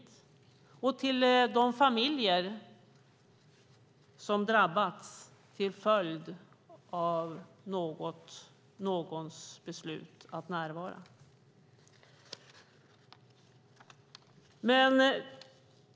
Tack även till de familjer som drabbats till följd av någons beslut att närvara.